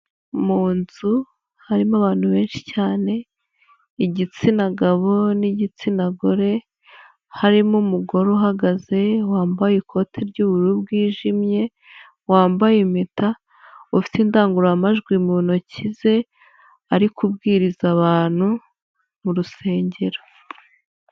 Mu nzu harimo abantu benshi cyane, igitsina gabo n'igitsina gore, harimo umugore uhagaze, wambaye ikoti ry'ubururu bwijimye, wambaye impeta, ufite indangururamajwi mu ntoki ze, ari kubwiriza abantu mu rusengero.